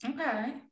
Okay